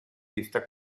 pista